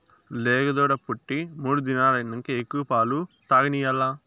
లేగదూడ పుట్టి మూడు దినాలైనంక ఎక్కువ పాలు తాగనియాల్ల